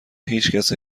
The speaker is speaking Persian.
هیچکس